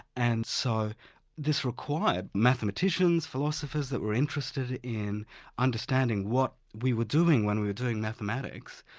and so this required mathematicians, philosophers that were interested in understanding what we were doing when we were doing mathematics,